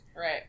Right